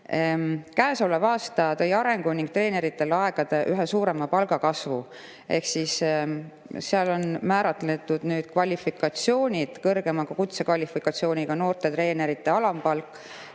Käesolev aasta tõi arengu ning treeneritele aegade ühe suurima palgakasvu, ehk seal on määratletud nüüd kvalifikatsioonid. Kõrgema kutsekvalifikatsiooniga noorte treenerite alampalk